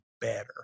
better